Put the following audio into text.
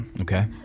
Okay